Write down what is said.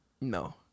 No